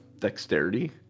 dexterity